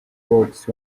box